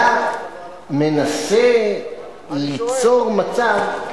אתה מנסה ליצור מצב,